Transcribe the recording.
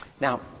Now